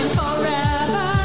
forever